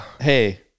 hey